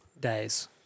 days